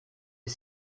est